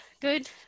good